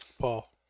Paul